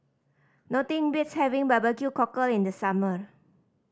nothing beats having barbecue cockle in the summer